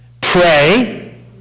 pray